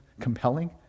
compelling